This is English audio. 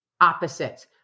opposites